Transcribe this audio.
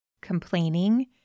complaining